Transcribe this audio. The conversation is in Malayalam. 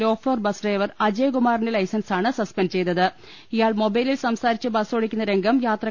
ലോഫ്ളോർ ബസ് ഡ്രൈവർ അജയ്കുമാറിന്റെ ലൈസൻസാണ് സസ്പെൻഡ് ചെയ്ത ഇയാൾ മൊബൈലിൽ സംസാരിച്ച് ബസോടിക്കുന്ന രംഗം യാത്ര ത്